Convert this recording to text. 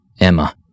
Emma